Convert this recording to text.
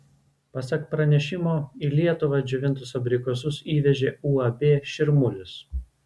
pasak pranešimo į lietuvą džiovintus abrikosus įvežė uab širmulis